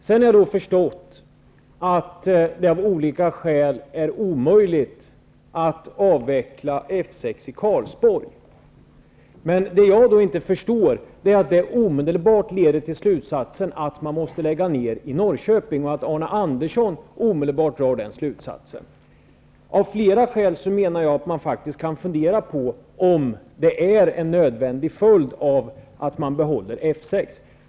Sedermera har jag förstått att det av olika skäl är omöjligt att avveckla F 6 i Karlsborg. Jag förstår dock inte varför Arne Andersson omedelbart drar slutsatsen att det innebär att man måste lägga ned flottiljen i Norrköping. Av flera skäl menar jag att man faktiskt kan fundera på om det är en nödvändigt följd av att man behåller F 6.